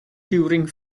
during